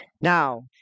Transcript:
Now